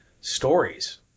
stories